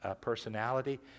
personality